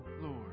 Lord